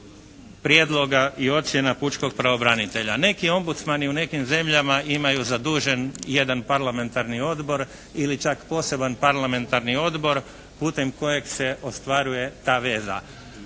prijedloga i ocjena pučkog pravobranitelja. Neki ombudsmani u nekim zemljama imaju zadužen jedan parlamentarni odbor ili čak poseban parlamentarni odbor putem kojeg se ostvaruje ta veza.